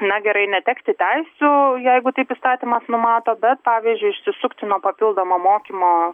na gerai netekti teisių jeigu taip įstatymas numato bet pavyzdžiui išsisukti nuo papildomo mokymo